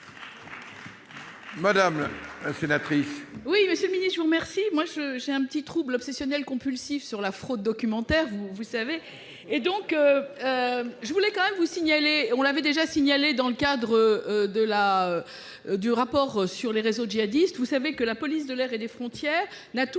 Madame la sénatrice